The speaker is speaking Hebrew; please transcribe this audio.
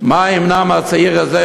מה ימנע מהצעיר הזה,